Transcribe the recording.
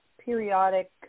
periodic